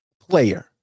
player